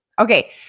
Okay